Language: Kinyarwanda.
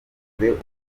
ubworozi